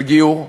של גיור.